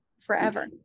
forever